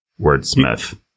wordsmith